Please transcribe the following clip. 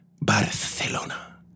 Barcelona